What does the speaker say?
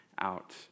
out